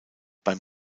beim